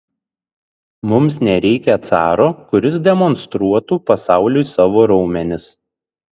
mums nereikia caro kuris demonstruotų pasauliui savo raumenis